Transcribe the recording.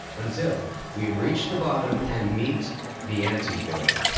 until we reach the bottom and meet the anti-hero.